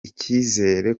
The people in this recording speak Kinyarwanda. icyizere